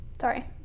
Sorry